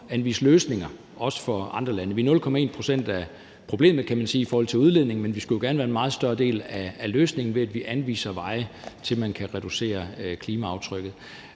at anvise løsninger, også for andre lande. Vi er 0,1 pct. af problemet i forhold til udledningen, men vi skulle jo gerne være en meget større del af løsningen, ved at vi anviser veje til, at man kan reducere klimaaftrykket.